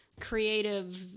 creative